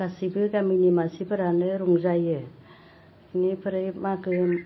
गासैबो गामिनि मानसिफोरानो रंजायो बेनिफ्राय मागोआव